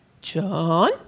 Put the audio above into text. John